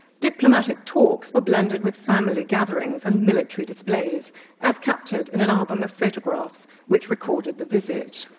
diplomatic talks were blended with family gatherings and military displays as captured in an album of photographs which recorded the visit.